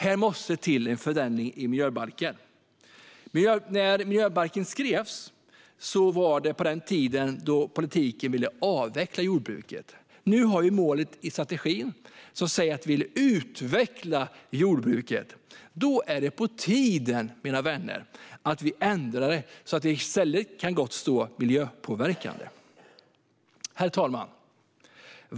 Det måste till en förändring i miljöbalken. Den skrevs på den tiden då politiken ville avveckla jordbruket. Nu har vi målet i livsmedelsstrategin om att utveckla jordbruket. Då är det på tiden, mina vänner, att vi ändrar så att det i stället står miljöpåverkande. Herr talman!